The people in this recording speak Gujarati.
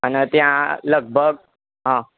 અને ત્યાં લગભગ હ